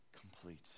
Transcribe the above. complete